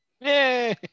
Yay